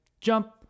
jump